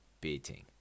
beating